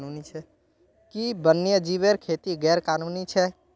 कि वन्यजीवेर खेती गैर कानूनी छेक?